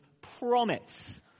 promise